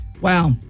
Wow